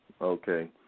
Okay